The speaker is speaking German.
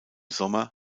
sommer